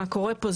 מה קורה פה?